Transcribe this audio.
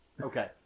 okay